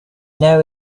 know